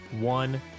one